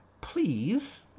Please